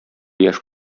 яшь